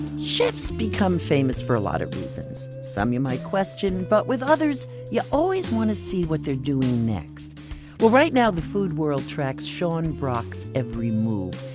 chefs become famous for a lot of reasons. some you might question, but with others you always want to see what they're doing next right now the food world tracks sean brock's every move.